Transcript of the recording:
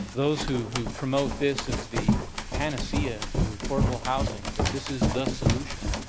those who who promote this as the panacea to affordable housing that this is the solution,